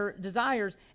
desires